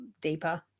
deeper